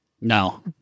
No